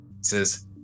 says